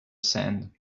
sand